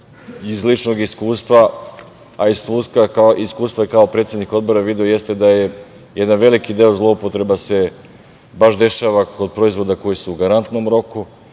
iz ličnog iskustva, iskustva kao predsednik Odbora video, da se jedan veliki deo zloupotreba baš dešava kod proizvoda koji su u garantnom roku